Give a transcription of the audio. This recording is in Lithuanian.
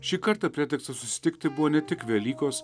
šį kartą pretekstas susitikti buvo ne tik velykos